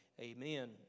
amen